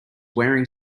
wearing